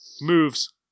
Moves